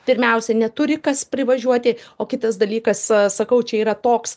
pirmiausia neturi kas privažiuoti kitas dalykas sakau čia yra toks